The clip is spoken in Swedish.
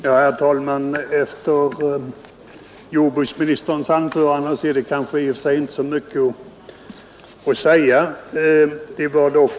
Herr talman! Efter jordbruksministerns anförande är det kanske i och för sig inte så mycket att tillägga.